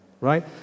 Right